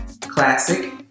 classic